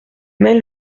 mais